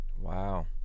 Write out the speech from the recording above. Wow